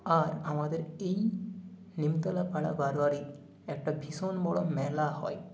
আর আমাদের এই নিমতলা পাড়া বারোয়ারি একটা ভীষণ বড় মেলা হয়